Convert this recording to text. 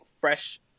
fresh